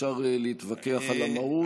אפשר להתווכח על המהות.